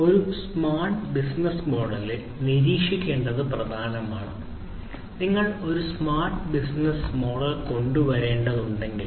ഒരു smart business മോഡലിൽ നിരീക്ഷിക്കേണ്ടത് പ്രധാനമാണ് നിങ്ങൾ ഒരു സ്മാർട്ട് ബിസിനസ്സ് മോഡൽ കൊണ്ടുവരേണ്ടതുണ്ടെങ്കിൽ